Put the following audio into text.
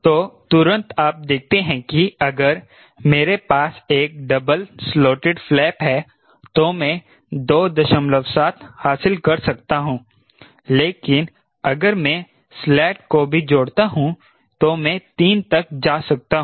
तो तुरंत आप देखते हैं कि अगर मेरे पास एक डबल स्लॉटिड फ्लैप है तो मैं 27 हासिल कर सकता हूं लेकिन अगर मैं स्लेट को भी जोड़ता हूं तो मैं 3 तक जा सकता हूं